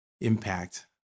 impact